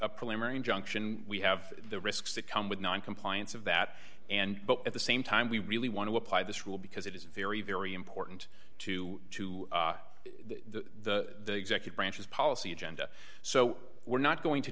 injunction we have the risks that come with noncompliance of that and but at the same time we really want to apply this rule because it is very very important to to the executive branch's policy agenda so we're not going to